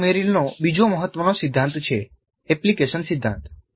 આ મેરિલનો બીજો મહત્વનો સિદ્ધાંત છે એપ્લિકેશન સિદ્ધાંત